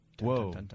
Whoa